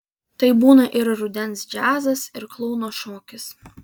tai būna ir rudens džiazas ir klouno šokis